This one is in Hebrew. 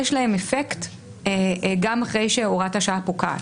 יש להם אפקט גם אחרי שהוראת השעה פוקעת.